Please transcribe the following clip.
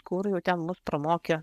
kur jau ten mus pramokė